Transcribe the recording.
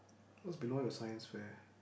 what's below your science fair